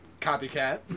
Copycat